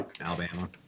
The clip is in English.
Alabama